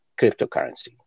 cryptocurrency